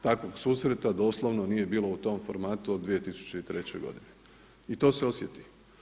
Takvog susreta doslovno nije bilo u tom formatu od 2003. godine i to se osjeti.